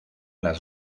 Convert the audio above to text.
las